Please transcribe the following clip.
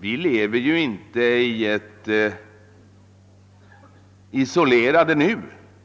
Vi lever ju inte isolerade.